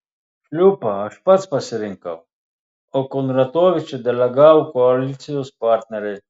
šliupą aš pats pasirinkau o kondratovičių delegavo koalicijos partneriai